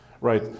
right